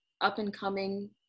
up-and-coming